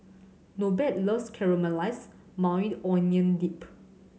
Norbert loves Caramelized Maui Onion Dip